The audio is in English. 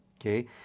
Okay